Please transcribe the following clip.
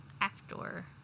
actor